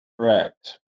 Correct